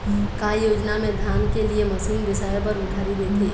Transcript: का योजना मे धान के लिए मशीन बिसाए बर उधारी देथे?